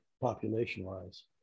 population-wise